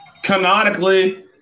Canonically